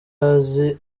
azi